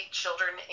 children